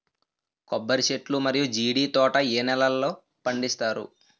కొబ్బరి చెట్లు మరియు జీడీ తోట ఏ నేలల్లో పండిస్తారు?